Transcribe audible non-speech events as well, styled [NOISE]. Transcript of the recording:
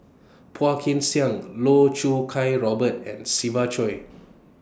Phua Kin Siang Loh Choo Kiat Robert and Siva Choy [NOISE]